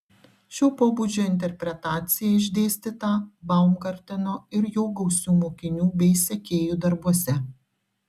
šio pobūdžio interpretacija išdėstyta baumgarteno ir jo gausių mokinių bei sekėjų darbuose